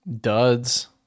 duds